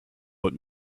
but